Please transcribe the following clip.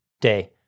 day